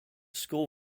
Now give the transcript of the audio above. school